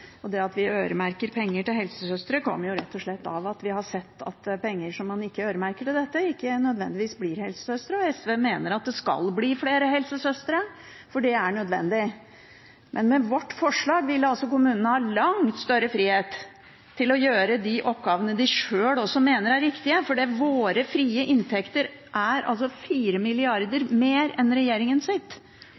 f.eks. Det at vi øremerker penger til helsesøstre, kommer rett og slett av at vi har sett at penger som man ikke øremerker til dette, ikke nødvendigvis går til helsesøstre. SV mener at det skal bli flere helsesøstre, for det er nødvendig. Men med vårt forslag ville kommunene hatt langt større frihet til å utføre de oppgavene de sjøl mener er riktig, for våre frie inntekter utgjør 4 mrd. kr mer enn